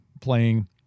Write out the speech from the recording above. playing